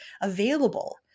available